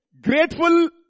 grateful